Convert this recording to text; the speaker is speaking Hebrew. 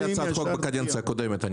הגשתי הצעת חוק בקדנציה הקודמת.